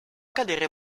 cadere